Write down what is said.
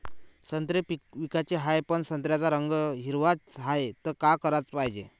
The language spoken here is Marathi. संत्रे विकाचे हाये, पन संत्र्याचा रंग हिरवाच हाये, त का कराच पायजे?